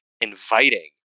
inviting